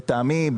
לטעמי,